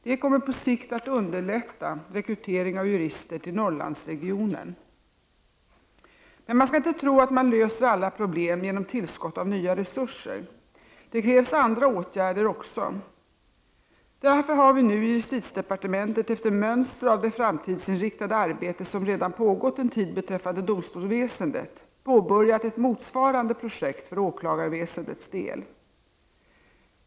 Det kommer på sikt att underlätta rekryteringen av jurister till Norrlandsregionen. Men man skall inte tro att man löser alla problem genom tillskott av nya resurser. Det krävs andra åtgärder också. Därför har vi nu i justitiedepartementet, efter mönster av det framtidsinriktade arbete som redan pågått en tid beträffande domstolsväsendet, påbörjat ett motsvarande projekt för åklagarväsendets del.